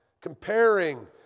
comparing